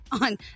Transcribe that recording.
on